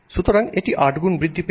সুতরাং এটি 8 গুণ বৃদ্ধি পেয়েছে